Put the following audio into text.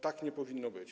Tak nie powinno być.